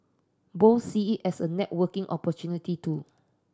both see it as a networking opportunity too